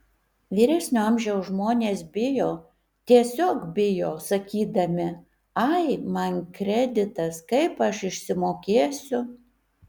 vyresnio amžiaus žmonės bijo tiesiog bijo sakydami ai man kreditas kaip aš išsimokėsiu